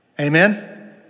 Amen